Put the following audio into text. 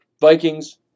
Vikings